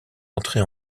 entrée